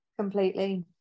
completely